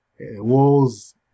walls